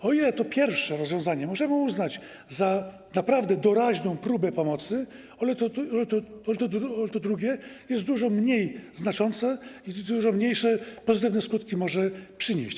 O ile to pierwsze rozwiązanie możemy uznać za naprawdę doraźną próbę pomocy, o tyle to drugie jest dużo mniej znaczące, dużo mniejsze skutki może przynieść.